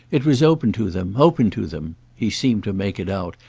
it was open to them, open to them he seemed to make it out,